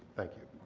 thank you.